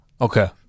Okay